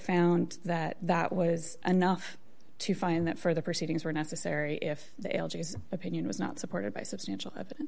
found that that was enough to find that further proceedings were necessary if the algaes opinion was not supported by substantial evidence